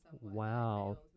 Wow